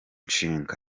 nshinga